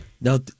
Now